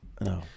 no